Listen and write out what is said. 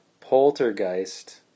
poltergeist